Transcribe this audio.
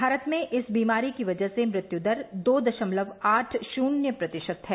भारत में इस बीमारी की वजह से मृत्युदर दो दशमलव आठ शून्य प्रतिशत है